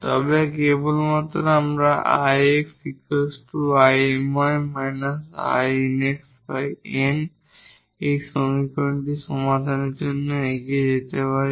তবে কেবল আমরা এই সমীকরণটি সমাধানের জন্য এগিয়ে যেতে পারি